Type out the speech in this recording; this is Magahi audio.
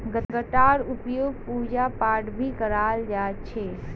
गन्नार उपयोग पूजा पाठत भी कराल जा छे